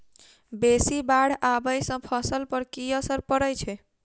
बेसी बाढ़ आबै सँ फसल पर की असर परै छै?